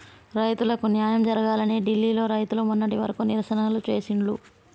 రైతులకు న్యాయం జరగాలని ఢిల్లీ లో రైతులు మొన్నటి వరకు నిరసనలు చేసిండ్లు